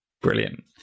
brilliant